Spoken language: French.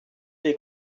les